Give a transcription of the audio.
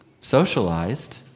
socialized